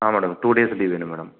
ஆ madam two days leave வேணும் madam